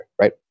right